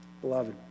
Beloved